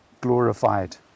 glorified